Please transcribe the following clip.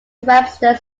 webster